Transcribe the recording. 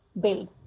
build